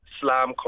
slam